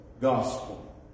gospel